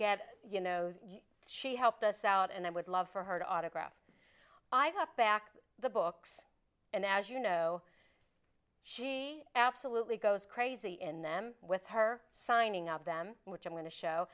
get you know she helped us out and i would love for her to autograph i got back the books and as you know she absolutely goes crazy in them with her signing of them which i'm going to show